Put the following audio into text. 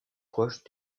proches